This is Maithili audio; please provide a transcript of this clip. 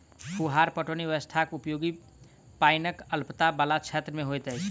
फुहार पटौनी व्यवस्थाक उपयोग पाइनक अल्पता बला क्षेत्र मे होइत अछि